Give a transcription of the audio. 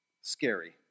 scary